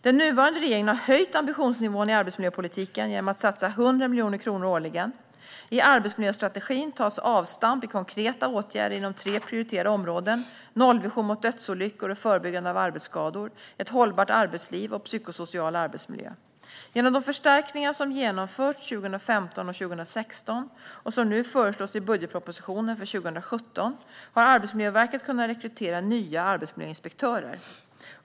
Den nuvarande regeringen har höjt ambitionsnivån i arbetsmiljöpolitiken genom att satsa 100 miljoner kronor årligen. I arbetsmiljöstrategin tas avstamp i konkreta åtgärder inom tre prioriterade områden: nollvision mot dödsolyckor och förebyggande av arbetsolyckor, ett hållbart arbetsliv samt psykosocial arbetsmiljö. Genom de förstärkningar som genomförts 2015 och 2016 och som nu föreslås i budgetpropositionen för 2017 har Arbetsmiljöverket kunnat rekrytera nya arbetsmiljöinspektörer.